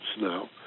now